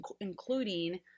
including